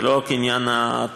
זה לא רק עניין התשלום,